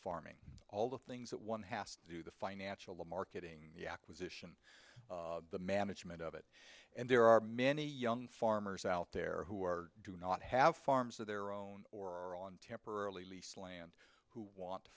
farming all the things that one has to do the financial the marketing the acquisition the management of it and there are many young farmers out there who are do not have farms of their own or are on temporarily leased land who want t